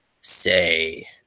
say